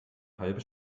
halbe